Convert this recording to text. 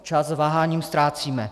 Čas váháním ztrácíme.